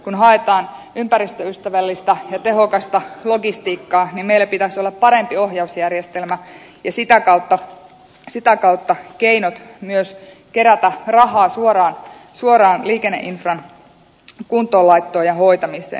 kun haetaan ympäristöystävällistä ja tehokasta logistiikkaa niin meillä pitäisi olla parempi ohjausjärjestelmä ja sitä kautta keinot myös kerätä rahaa suoraan liikenneinfran kuntoonlaittoon ja hoitamiseen